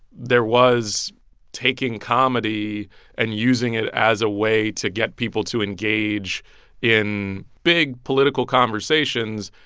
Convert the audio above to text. there was taking comedy and using it as a way to get people to engage in big political conversations,